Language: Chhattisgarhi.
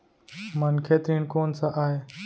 मनखे ऋण कोन स आय?